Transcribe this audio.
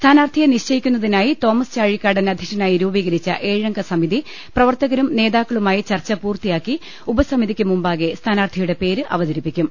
സ്ഥാനാർത്ഥിയെ നിശ്ചയിക്കുന്നതിനായി തോമസ് ചാഴികാടൻ അധ്യക്ഷനായി രൂപീകരിച്ച ഏഴംഗ സമിതി പ്രവർത്തകരും നേതാക്കളുമായി ചർച്ച പൂർത്തിയാക്കി ഉപസമിതിക്ക് മുമ്പാകെ സ്ഥാനാർത്ഥിയുടെ പേര് അവതരിപ്പിക്കും